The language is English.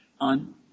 on